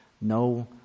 No